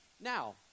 Now